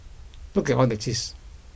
look at all that cheese